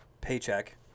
paycheck